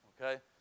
Okay